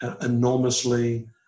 enormously